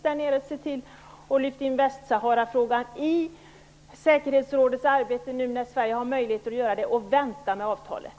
Vi bör också se till att ta in Västsaharafrågan i säkerhetsrådets arbete, nu när Sverige har möjlighet att göra det, och vi bör vänta med avtalet.